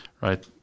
right